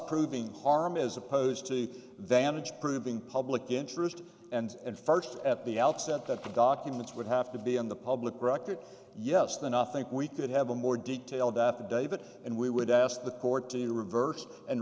proving harm as opposed to then it's proving public interest and in first at the outset that the documents would have to be in the public record yes the nothing we could have a more detailed affidavit and we would ask the court to reverse and